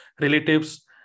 relatives